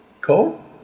Cool